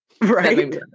Right